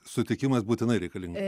sutikimas būtinai reikalingas